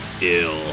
Ill